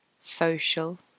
social